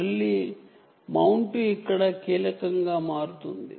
మళ్ళీ మౌంటు ఇక్కడ కీలకంగా మారుతుంది